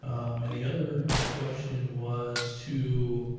and the other question was to